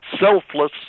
Selfless